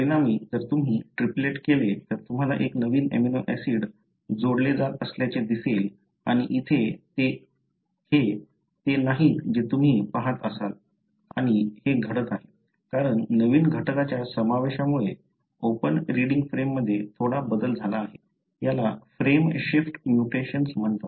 परिणामी जर तुम्ही ट्रीपलेट केले तर तुम्हाला एक नवीन अमिनो ऍसिड जोडले जात असल्याचे दिसेल आणि इथे हे ते नाहीत जे तुम्ही पाहत असाल आणि हे घडत आहे कारण नवीन घटकाच्या समावेशामुळे ओपन रिडींग फ्रेममध्ये थोडा बदल झाला आहे आणि याला फ्रेम शिफ्ट म्युटेशन्स म्हणतात